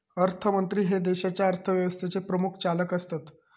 अर्थमंत्री हे देशाच्या अर्थव्यवस्थेचे प्रमुख चालक असतत